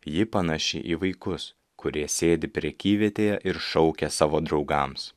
ji panaši į vaikus kurie sėdi prekyvietėje ir šaukia savo draugams